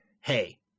hey